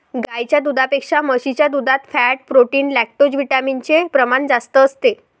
गाईच्या दुधापेक्षा म्हशीच्या दुधात फॅट, प्रोटीन, लैक्टोजविटामिन चे प्रमाण जास्त असते